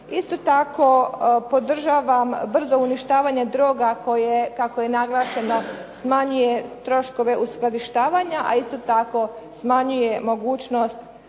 Isto tako, podržavam brzo uništavanje droga koje kako je naglašeno smanjuje troškove uskladištavanja a isto tako smanjuje mogućnost